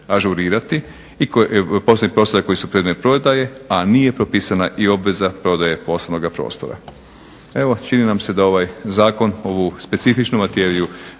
ažurirati, poslovnih prostora koji su predmet prodaje, a nije propisana i obveza prodaje poslovnoga prostora. Evo čini nam se da ovaj zakon, ovu specifičnu materiju